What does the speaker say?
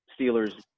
Steelers